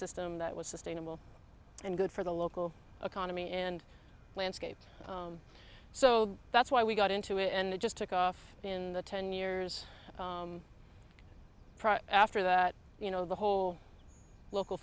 system that was sustainable and good for the local economy and landscape so that's why we got into it and it just took off in the ten years after that you know the whole local